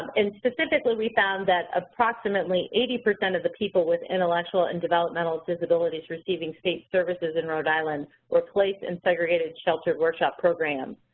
and specifically we found that approximately eighty percent of the people with intellectual and developmental disabilities receiving state services in rhode island were placed in segregated sheltered workshop program.